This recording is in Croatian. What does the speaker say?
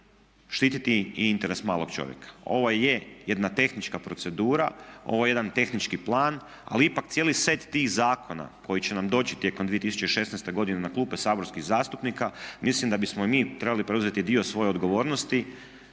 štititi i interes malog čovjeka. Ovo je jedna tehnička procedura, ovo je jedan tehnički plan ali ipak cijeli set tih zakona koji će nam doći tijekom 2016. godine na klupe saborskih zastupnika mislim da bismo mi trebali preuzeti dio svoje odgovornosti